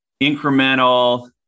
incremental